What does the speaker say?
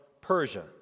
Persia